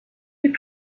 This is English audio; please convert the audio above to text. you